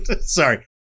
Sorry